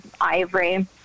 ivory